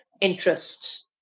interest